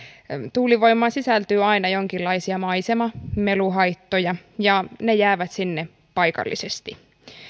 tuulivoimaan sisältyy aina jonkinlaisia maisema ja meluhaittoja ja ne jäävät sinne paikallisesti